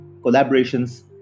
collaborations